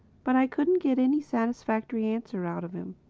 but i couldn't get any satisfactory answer out of him.